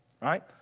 right